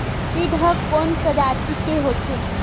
कीट ह कोन प्रजाति के होथे?